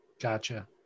gotcha